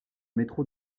métro